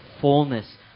fullness